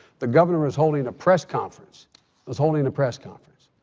the governor was holding a press conference was holding and a press conference.